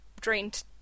drained